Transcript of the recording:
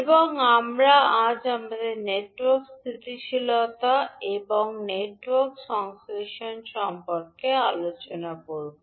এবং আমরা আজ আমাদের নেটওয়ার্কের স্থিতিশীলতা এবং আমাদের নেটওয়ার্ক সংশ্লেষণ সম্পর্কে আলোচনা করব